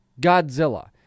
Godzilla